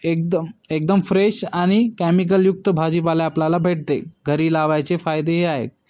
एकदम एकदम फ्रेश आणि कॅमिकलयुक्त भाजीपाला आपल्याला भेटते घरी लावायचे फायदे हे आहेत